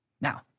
Now